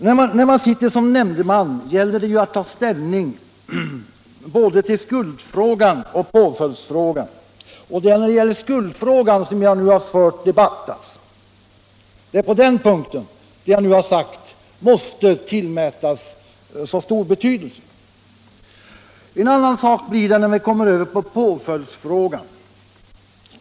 När man sitter som nämndeman gäller det att ta ställning både till skuldfrågan och till påföljdsfrågan, och det är ställningstagandet i skuldfrågan som jag nu har debatterat. Det är på den punkten som det som jag nu har sagt måste tillmätas så stor betydelse. En annan sak blir det när vi kommer över på påföljdsfrågan.